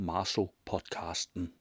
Marso-podcasten